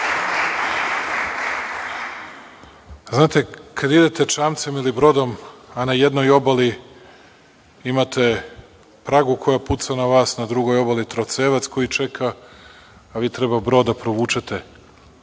tiče. Znate, kada idete čamcem ili brodom, a na jednoj obali imate „Pragu“ koja puca u vas, a na drugoj obali trocevac koji čeka, a vi treba brod da provučete,